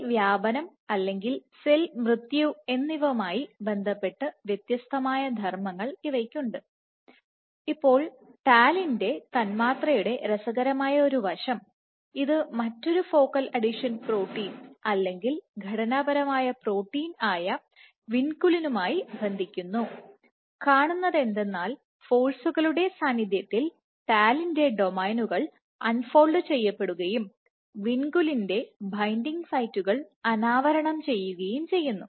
cell വ്യാപനം അല്ലെങ്കിൽ cell മൃത്യുഎന്നിവയുമായി ബന്ധപ്പെട്ട വ്യത്യസ്തമായ ധർമ്മങ്ങൾ ഇവയ്ക്കുണ്ട് ഇപ്പോൾ ടാലിൻറെ തന്മാത്രയുടെ രസകരമായ ഒരു വശം ഇത് മറ്റൊരു ഫോക്കൽ അഡീഷൻ പ്രോട്ടീൻ അല്ലെങ്കിൽ ഘടനാപരമായ പ്രോട്ടീൻ ആയ വിൻകുലിനുമായി ബന്ധിക്കുന്നു കാണുന്നത് എന്തെന്നാൽ ഫോഴ്സുകളുടെ സാന്നിധ്യത്തിൽ ടാലിൻറെ ഡൊമൈനുകൾ അൺ ഫോൾഡ് ചെയ്യപ്പെടുകയും വിൻകുലിനിന്റെ ബൈൻഡിംഗ് സൈറ്റുകൾ അനാവരണം ചെയ്യുകയും ചെയ്യുന്നു